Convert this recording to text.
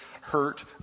hurt